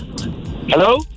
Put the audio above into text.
Hello